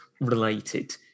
related